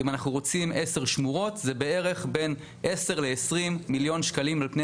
אם אנחנו רוצים עשר שמורות זה בערך בין 10 ל-20 מיליון שקלים על פני,